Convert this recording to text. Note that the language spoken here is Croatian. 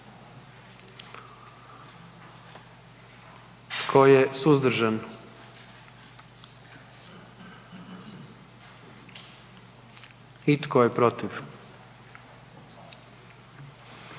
Tko je suzdržan? I tko je protiv?